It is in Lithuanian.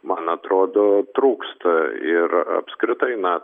man atrodo trūksta ir apskritai na